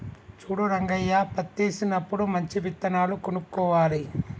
చూడు రంగయ్య పత్తేసినప్పుడు మంచి విత్తనాలు కొనుక్కోవాలి